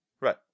right